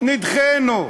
נדחינו.